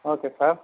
okay sir